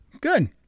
Good